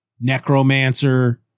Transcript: necromancer